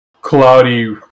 cloudy